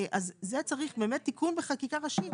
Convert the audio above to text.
אז זה צריך באמת תיקון בחקיקה ראשית.